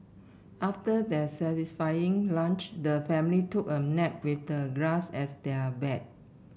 after their satisfying lunch the family took a nap with the grass as their bed